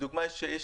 חודשיים